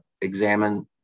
examine